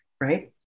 right